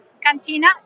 cantina